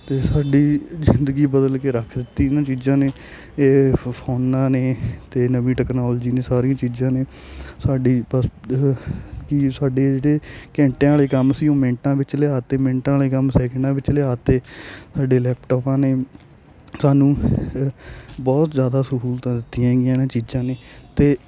ਅਤੇ ਸਾਡੀ ਜ਼ਿੰਦਗੀ ਬਦਲ ਕੇ ਰੱਖ ਦਿੱਤੀ ਇਨ੍ਹਾਂ ਚੀਜ਼ਾਂ ਨੇ ਇਹ ਫੋਨਾਂ ਨੇ ਅਤੇ ਨਵੀਂ ਟੈਕਨੋਲਜੀ ਨੇ ਸਾਰੀਆਂ ਚੀਜ਼ਾਂ ਨੇ ਸਾਡੀ ਬ ਕਿ ਸਾਡੇ ਜਿਹੜੇ ਘੰਟਿਆਂ ਵਾਲੇ ਕੰਮ ਸੀ ਉਹ ਮਿੰਟਾਂ ਵਿੱਚ ਲਿਆ ਤੇ ਮਿੰਟਾਂ ਵਾਲੇ ਕੰਮ ਸੈਕਿੰਡਾਂ ਵਿੱਚ ਲਿਆ ਤੇ ਸਾਡੇ ਲੈਪਟੋਪਾਂ ਨੇ ਸਾਨੂੰ ਬਹੁਤ ਜ਼ਿਆਦਾ ਸਹੂਲਤਾਂ ਦਿੱਤੀਆਂ ਗੀਆਂ ਇਨ੍ਹਾਂ ਚੀਜ਼ਾਂ ਨੇ ਅਤੇ